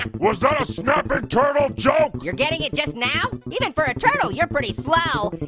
was that a snapping turtle joke? you're getting it just now? even for a turtle, you're pretty slow.